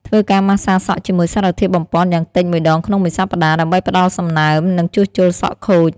ធ្វើការម៉ាស្សាសក់ជាមួយសារធាតុបំប៉នយ៉ាងតិចមួយដងក្នុងមួយសប្តាហ៍ ដើម្បីផ្តល់សំណើម និងជួសជុលសក់ខូច ។